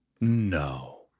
no